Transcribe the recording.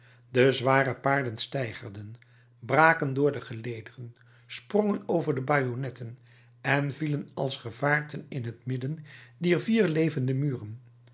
de zware paarden steigerden braken door de gelederen sprongen over de bajonetten en vielen als gevaarten in t midden dier vier levende muren